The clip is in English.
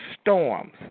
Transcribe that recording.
storms